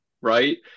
right